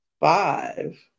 five